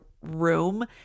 room